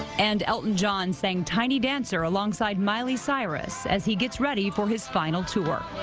and elton john saying tiny dancer alongside miley cyrus as he gets ready for his final tour.